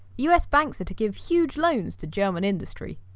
us banks are to give huge loans to german industry.